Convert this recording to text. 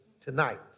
tonight